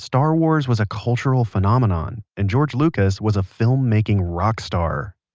star wars was a cultural phenomenon and george lucas was a filmmaking rock star.